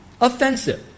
offensive